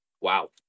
Wow